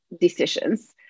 decisions